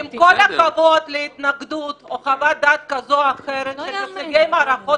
עם כל הכבוד להתנגדות או חוות דעת כזו או אחרת של נציגי מערכות